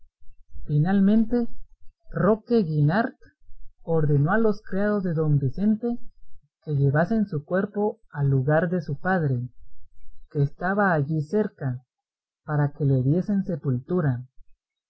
finalmente roque guinart ordenó a los criados de don vicente que llevasen su cuerpo al lugar de su padre que estaba allí cerca para que le diesen sepultura